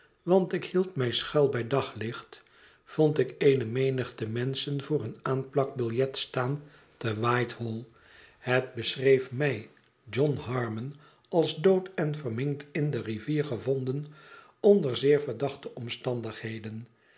want ik hield mij schuil bij daglicht vond ik eene menigte menschen voor een aanplakbiljet staan te whitehall het beschreef mij john harmon als dood en verminkt in de rivier gevonden onder zeer verdachte omstandigheden